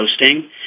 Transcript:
hosting